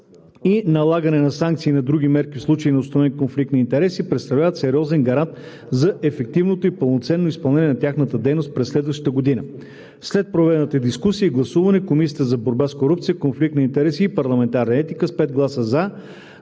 и налагане на санкции и на други мерки в случай на установен конфликт на интереси, представляват сериозен гарант за ефективното и пълноценно изпълнение на тяхната дейност през следващата година. След проведената дискусия и гласуване Комисията за борба с корупцията, конфликт на интереси и парламентарна етика: с 5 гласа „за“,